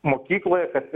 mokykloje kad